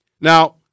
Now